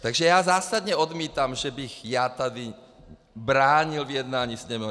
Takže já zásadně odmítám, že bych já tady bránil v jednání Sněmovny.